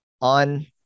on